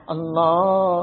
Allah